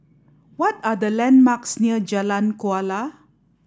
what are the landmarks near Jalan Kuala